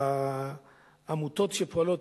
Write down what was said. העמותות שפועלות,